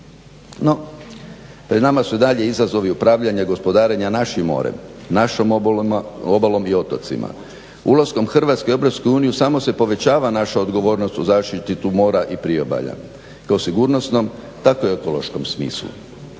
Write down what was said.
No pred nama su i dalje izazovi upravljanja gospodarenja našim morem, našom obalom i otocima. Ulaskom Hrvatske u EU samo se povećava naša odgovornost u zaštitu mora i priobalja kao i u sigurnosnom tako i u ekološkom smislu.